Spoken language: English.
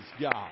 God